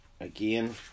again